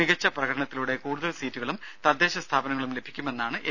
മികച്ച പ്രകടനത്തിലൂടെ കൂടുതൽ സീറ്റുകളും തദ്ദേശ സ്ഥാപനങ്ങളും ലഭിക്കുമെന്നാണ് എൻ